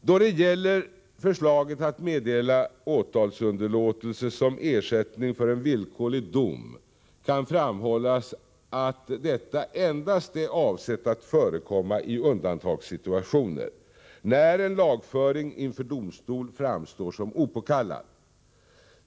Då det gäller förslaget att meddela åtalsunderlåtelse som ersättning för en villkorlig dom kan framhållas att detta endast är avsett att förekomma i undantagssituationer, när en lagföring inför domstol framstår som opåkallad.